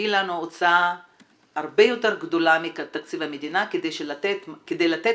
יביאו לנו הוצאה הרבה יותר גדולה מתקציב המדינה כדי לתת